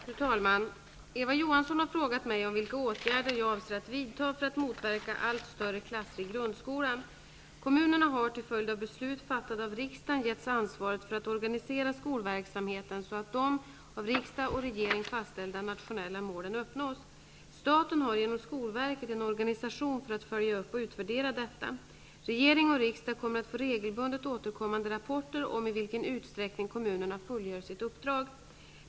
Fru talman! Eva Johansson har frågat mig om vilka åtgärder jag avser att vidta för att motverka allt större klasser i grundskolan. Kommunerna har, till följd av beslut fattade av riksdagen, getts ansvaret för att organisera skolverksamheten så att de, av riksdag och regering fastställda, nationella målen uppnås. Staten har genom skolverket en organisation för att följa upp och utvärdera detta. Regering och riksdag kommer att få regelbundet återkommande rapporter om i vilken utsträckning kommunerna fullgör sitt uppdrag.